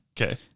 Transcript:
okay